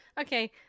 Okay